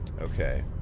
Okay